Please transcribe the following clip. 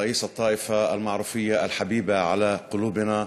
ראש העדה הדרוזית, היקרה ללבנו,